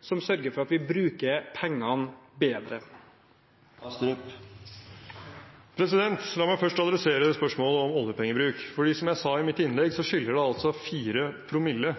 som sørger for at vi bruker pengene bedre? La meg først adressere spørsmålet om oljepengebruk. Som jeg sa i mitt innlegg, skiller det altså 4 promille